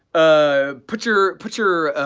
ah, put your, put your